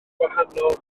gwahanol